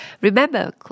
Remember